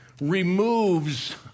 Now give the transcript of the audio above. removes